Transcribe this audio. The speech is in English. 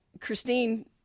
Christine